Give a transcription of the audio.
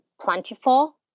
plentiful